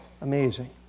Amazing